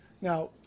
Now